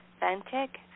authentic